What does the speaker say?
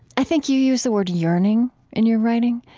i think you use the word yearning in your writing.